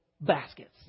baskets